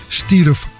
stierf